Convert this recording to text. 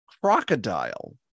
Crocodile